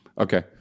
Okay